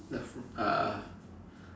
the fruit uh